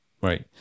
Right